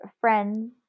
friends